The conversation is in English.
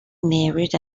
married